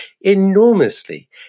enormously